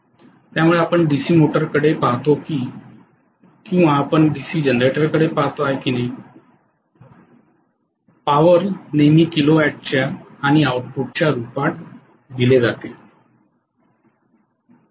त्यामुळे आपण डीसी मोटरकडे पाहतो की आपण डीसी जनरेटरकडे पाहत आहोत की नाही विद्युत शक्ती नेहमी किलो वॅटच्या आणि आउटपुटच्या रूपात दिले जाते